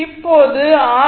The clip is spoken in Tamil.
இப்போது ஆர்